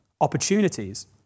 opportunities